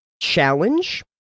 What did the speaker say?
challenge